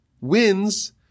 wins